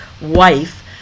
wife